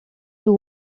you